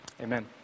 Amen